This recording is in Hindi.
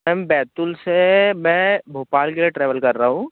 मैम बैतूल से मैं भोपाल के लिए ट्रेवल कर रहा हूँ